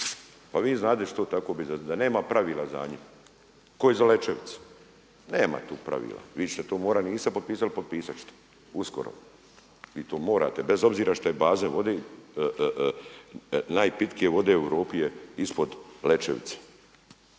Pa vi znate da će to tako biti, da nema pravila za njih, kao i za Lečevicu. Nema tu pravila. Vi što to niste morali potpisati, potpisati ćete, uskoro. I to morate bez obzira što je baza vode, najpitkije u Europi je ispod Lečevice.